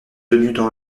tenu